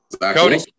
Cody